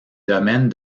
domaines